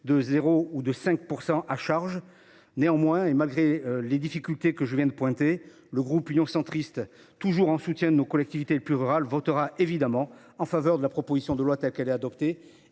voire de 5 %. Néanmoins, et malgré les difficultés que je viens de pointer, le groupe Union Centriste, toujours en soutien de nos collectivités rurales, votera en faveur de la proposition de loi, telle qu’elle a été